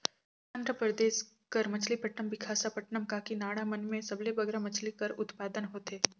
आंध्र परदेस कर मछलीपट्टनम, बिसाखापट्टनम, काकीनाडा मन में सबले बगरा मछरी कर उत्पादन होथे